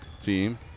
team